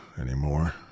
anymore